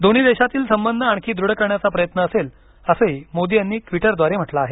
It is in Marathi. दोन्ही देशातील सबंध आणखी दृढ करण्याचा प्रयत्न असेल असंही मोदी यांनी ट्वीटरद्वारे म्हटलं आहे